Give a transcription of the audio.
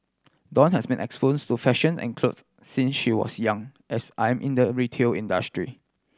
dawn has been to fashion and clothes since she was young as I'm in the retail industry